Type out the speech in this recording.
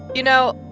you know,